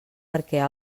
perquè